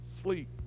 sleep